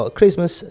Christmas